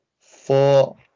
Four